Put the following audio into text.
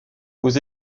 aux